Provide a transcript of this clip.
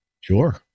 Sure